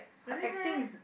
her acting is